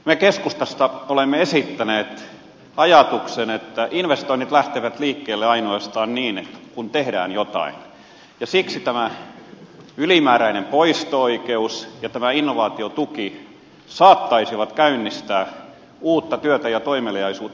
me keskustasta olemme esittäneet ajatuksen että investoinnit lähtevät liikkeelle ainoastaan kun tehdään jotain ja siksi tämä ylimääräinen poisto oikeus ja tämä innovaatiotuki saattaisivat käynnistää uutta työtä ja toimeliaisuutta